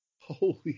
Holy